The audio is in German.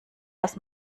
aus